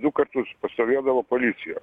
du kartus pastovėdavo policija